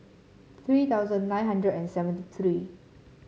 three thousand nine hundred and seventy three